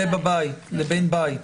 נחשף לבן בית.